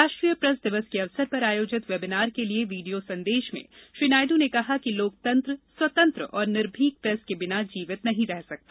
राष्ट्रीय प्रेस दिवस के अवसर पर आयोजित वेबिनार के लिए वीडियो संदेश में श्री नायड् ने कहा कि लोकतंत्र स्वतंत्र और निर्भीक प्रेस के बिना जीवित नहीं रह सकता